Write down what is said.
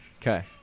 Okay